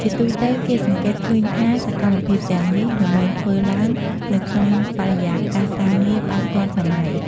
ជាទូទៅគេសង្កេតឃើញថាសកម្មភាពទាំងនេះរមែងធ្វើឡើងនៅក្នុងបរិយាកាសការងារបែបទាន់សម័យ។